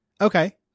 Okay